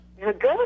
Good